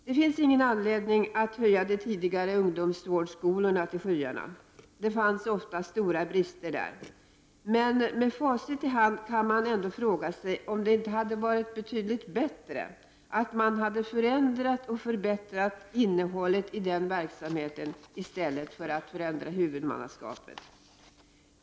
Det finns ingen anledning att höja de tidigare ungdomsvårdsskolorna till skyarna, där fanns ofta stora brister. Men med facit i hand kan vi ändå fråga oss om det inte hade varit betydligt bättre att förändra och förbättra innehållet i den verksamheten i stället för att förändra huvudmannaskapet.